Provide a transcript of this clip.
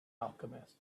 alchemist